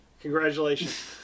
Congratulations